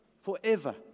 Forever